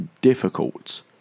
difficult